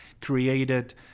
created